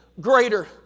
greater